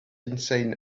insane